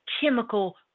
chemical